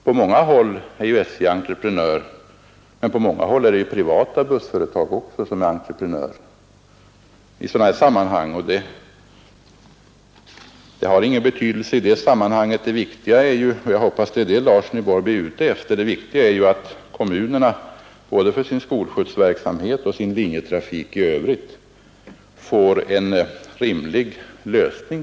På många håll är SJ entreprenör, men på många håll är också privata bussföretag detta. Det har ingen betydelse i det här sammanhanget, utan det viktiga är — och jag hoppas att det är vad herr Larsson i Borrby är ute efter — att kommunerna både beträffande sin skolskjutsverksamhet och sin linjetrafik i övrigt får en rimlig lösning.